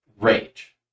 rage